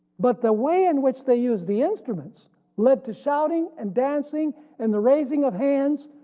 but the way in which they used the instruments led to shouting and dancing and the raising of hands,